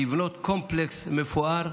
ולבנות קומפלקס מפואר,